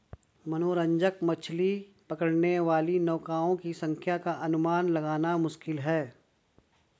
मनोरंजक मछली पकड़ने वाली नौकाओं की संख्या का अनुमान लगाना मुश्किल है